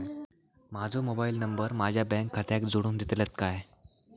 माजो mobile number माझ्या bank खात्याक जोडून दितल्यात काय?